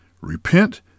Repent